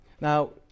Now